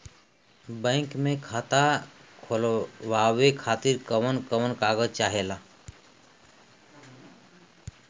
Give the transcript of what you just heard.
Bank मे खाता खोलवावे खातिर कवन कवन कागज चाहेला?